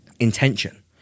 intention